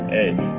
Hey